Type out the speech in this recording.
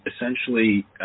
essentially